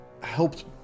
helped